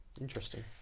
interesting